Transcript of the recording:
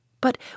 But